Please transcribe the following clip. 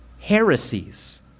heresies